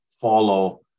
follow